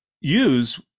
use